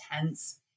intense